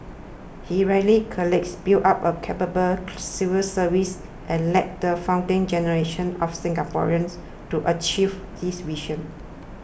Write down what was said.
he rallied colleagues built up a capable civil service and led the founding generation of Singaporeans to achieve this vision